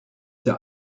der